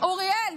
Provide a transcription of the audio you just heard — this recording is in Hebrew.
אוריאל,